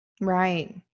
Right